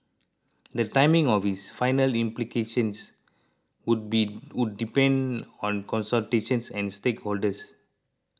the timing of its final implementations would be would depend on consultations and stakeholders